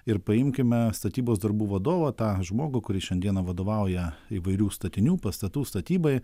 ir paimkime statybos darbų vadovą tą žmogų kuris šiandieną vadovauja įvairių statinių pastatų statybai